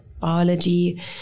biology